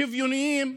שוויוניים.